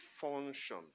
function